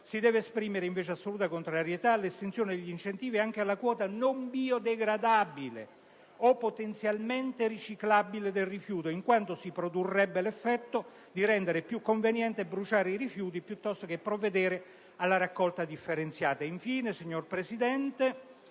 Si deve esprimere invece assoluta contrarietà all'estensione degli incentivi anche alla quota non biodegradabile - o potenzialmente riciclabile - del rifiuto, in quanto si produrrebbe l'effetto di rendere più conveniente bruciare i rifiuti piuttosto che provvedere alla raccolta differenziata.